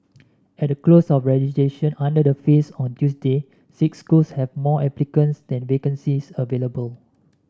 at the close of registration under the phase on Tuesday six schools have more applicants than vacancies available